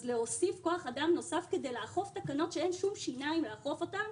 אז להוסיף כוח-אדם נוסף כדי לאכוף תקנות כשאין שום שיניים לאכוף אותן,